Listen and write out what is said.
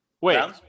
Wait